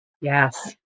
yes